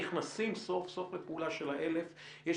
נכנסים סוף-סוף לפעולה של ה-1,000 הממ"דים.